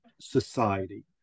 society